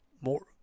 more